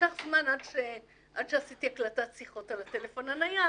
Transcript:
לקח זמן עד שעשיתי הקלטת שיחות על הטלפון הנייד.